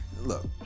look